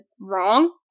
wrong